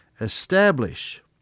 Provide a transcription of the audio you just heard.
establish